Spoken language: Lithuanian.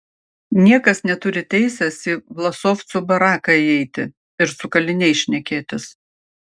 niekas neturi teisės į vlasovcų baraką įeiti ir su kaliniais šnekėtis